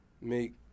make